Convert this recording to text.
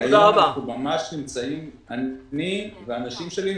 כי היום אנחנו אני והאנשים שלי,